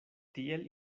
tiel